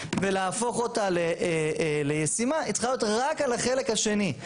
ולהפוך אותה לישימה צריכה להיות רק על החלק השני.